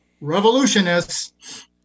revolutionists